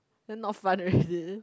then no fun already is it